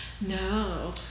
No